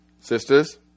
Sisters